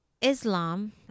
Islam